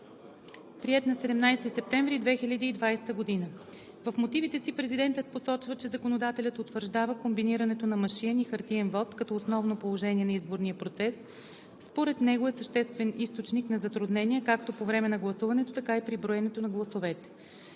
АННА АЛЕКСАНДРОВА: „В мотивите си президентът посочва, че законодателят утвърждава комбинирането на машинен и хартиен вот като основно положение на изборния процес, което според него е съществен източник на затруднения както по време на гласуването, така и при броенето на гласовете.